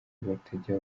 batajya